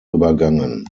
übergangen